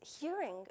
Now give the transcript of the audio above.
hearing